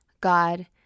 God